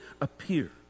appear